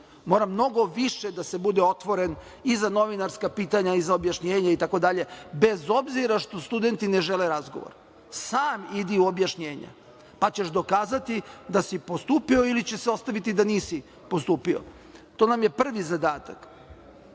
Mora mnogo više da se bude otvoren i za novinarska pitanja i za objašnjenje itd, bez obzira što studenti ne žele razgovor. Sam idi u objašnjenja, pa ćeš dokazati da si postupio ili će se ostaviti da nisu postupio. To nam je prvi zadatak. Drugi